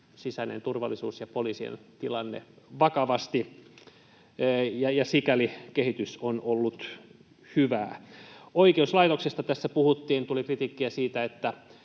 sisäinen turvallisuus ja poliisien tilanne vakavasti, ja sikäli kehitys on ollut hyvää. Oikeuslaitoksesta tässä puhuttiin, ja tuli kritiikkiä siitä, että